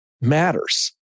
matters